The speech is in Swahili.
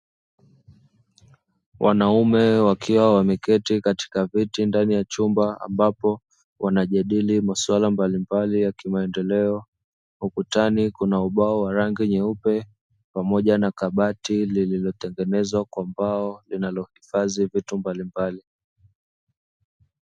Wanaume wakiwa wameketi katika viti ndani ya chumba ambapo wanajadili maswala mbalimbali ya kimaendeleo. Ukutani kuna ubao wa rangi nyeupe pamoja na kabati lililotengenzwa kwa mbao linalohifadhi vitu mbalimbali.